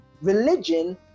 religion